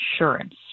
insurance